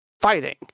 fighting